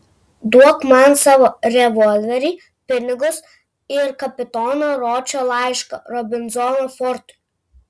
duok man savo revolverį pinigus ir kapitono ročo laišką robinzono fortui